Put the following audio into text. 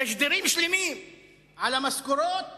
תשדירים שלמים על המשכורות